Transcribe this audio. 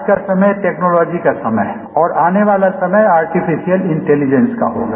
आज का समय टेक्नोलॉजी का समय है और आने वाला समय आर्टीफिशियल इंटैलिजैंस का होगा